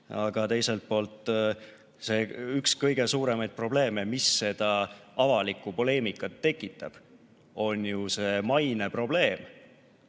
aga teiselt poolt on üks kõige suuremaid probleeme, mis avalikku poleemikat tekitab, ju see maineprobleem.